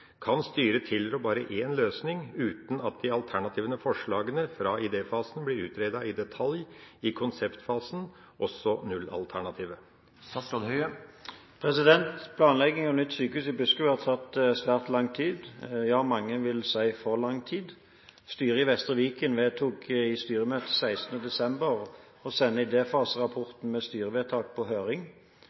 Kan styret tilrå bare en løsning uten at de alternative forslagene fra idéfasen blir utredet i detalj i konseptfasen, også nullalternativet?» Planleggingen av nytt sykehus i Buskerud har tatt svært lang tid – ja, mange vil si for lang tid. Styret i Vestre Viken vedtok i styremøte 16. desember 2013 å sende idéfaserapporten med styrevedtak på høring.